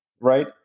Right